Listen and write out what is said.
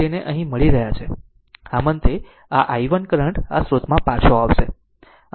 આમ અંતે આ i1 કરંટ આ સ્રોતમાં પાછો આવશે